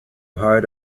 hard